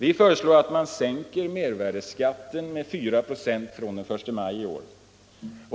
Vi föreslår att man sänker mervärdeskatten med 4 96 fr.o.m. den 1 maj i år.